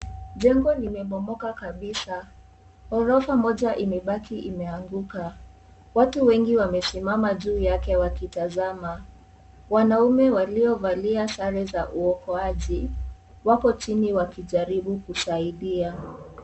Jengo limebomoka kabisa ghorofa moja imebaki imeanguka, watu wengi wamesimama juu yake wakitazama wanaume waliovalia sare za uokoaji wako chini wakijaribu kusaidia .